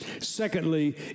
Secondly